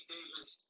Davis